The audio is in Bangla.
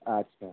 আচ্ছা